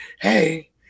Hey